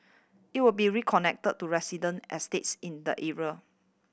it will be reconnected to resident estates in the area